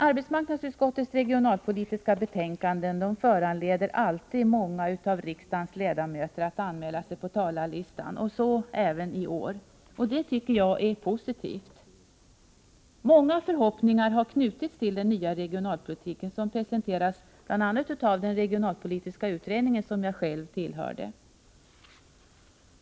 Arbetsmarknadsutskottets regionalpolitiska betänkanden föranleder alltid många av riksdagens ledamöter att anmäla sig på talarlistan — så även i år —, och det tycker jag är positivt. Många förhoppningar har knutits till den nya regionalpolitiken, som presenterats bl.a. av den regionalpolitiska utredningen, som jag själv tillhörde.